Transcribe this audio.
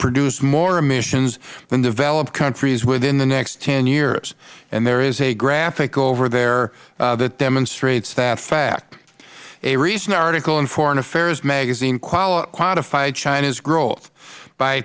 produce more emissions than developed countries within the next ten years and there is a graphic over there that demonstrates that fact a recent article in foreign affairs magazine quantified china's growth by